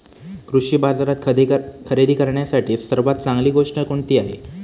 कृषी बाजारात खरेदी करण्यासाठी सर्वात चांगली गोष्ट कोणती आहे?